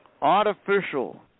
Artificial